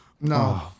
no